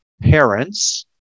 parents